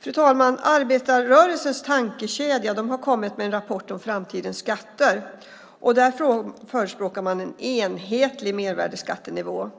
Fru talman! Arbetarrörelsens tankekedja har kommit med en rapport om framtidens skatter. Där förespråkar man en enhetlig mervärdesskattenivå.